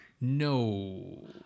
No